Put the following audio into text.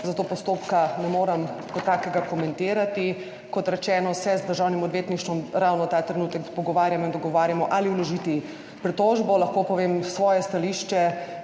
zato postopka kot takega ne morem komentirati. Kot rečeno, se z Državnim odvetništvom ravno ta trenutek pogovarjamo in dogovarjamo, ali vložiti pritožbo. Lahko povem svoje stališče,